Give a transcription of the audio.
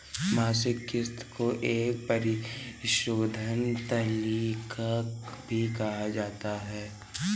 मासिक किस्त को एक परिशोधन तालिका भी कहा जाता है